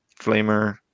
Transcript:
flamer